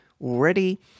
already